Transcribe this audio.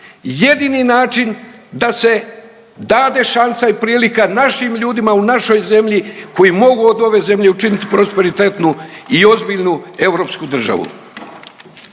jedini način da se dade šansa i prilika našim ljudima u našoj zemlji koji mogu od ove zemlje učiniti prosperitetnu i ozbiljnu europsku državu.